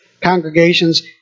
congregations